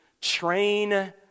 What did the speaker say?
Train